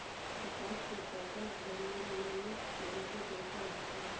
कपास के पौधा झण्डीनुमा पेड़ के जइसन होखेला